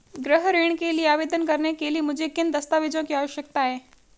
गृह ऋण के लिए आवेदन करने के लिए मुझे किन दस्तावेज़ों की आवश्यकता है?